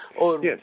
Yes